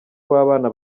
w’abana